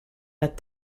that